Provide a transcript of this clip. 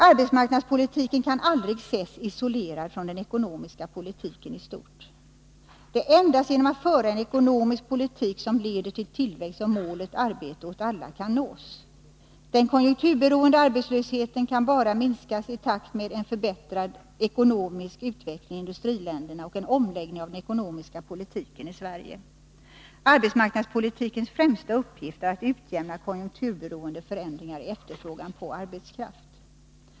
Arbetsmarknadspolitiken kan aldrig ses isolerad från den ekonomiska politikeni stort. Det är endast genom att föra en ekonomisk politik som leder till tillväxt som målet arbete åt alla kan nås. Den konjunkturberoende arbetslösheten kan bara minskas i takt med en förbättrad ekonomisk utveckling i industriländerna och en omläggning av den ekonomiska politiken i Sverige. Arbetsmarknadspolitikens främsta uppgift är att utjämna konjunkturberoende förändringar i efterfrågan på arbetskraft.